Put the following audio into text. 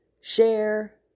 Share